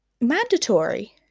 mandatory